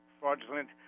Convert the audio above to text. fraudulent